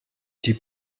die